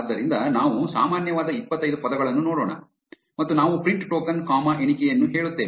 ಆದ್ದರಿಂದ ನಾವು ಸಾಮಾನ್ಯವಾದ ಇಪ್ಪತ್ತೈದು ಪದಗಳನ್ನು ನೋಡೋಣ ಮತ್ತು ನಾವು ಪ್ರಿಂಟ್ ಟೋಕನ್ ಕಾಮಾ ಎಣಿಕೆಯನ್ನು ಹೇಳುತ್ತೇವೆ